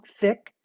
thick